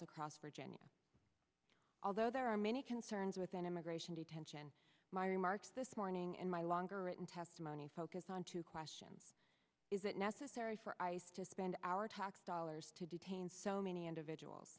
across virginia although there are many concerns with an immigration detention my remarks this morning in my longer written testimony focused on two question is it necessary for ice to spend our tax dollars to detain so many individuals